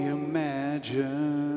imagine